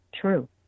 true